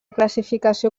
classificació